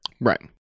Right